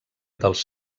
dels